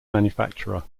manufacturer